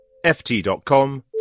ft.com